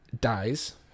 Dies